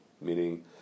Meaning